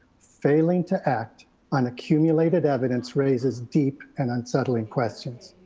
failing to act on accumulated evidence raises deep and unsettling questions.